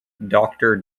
doctor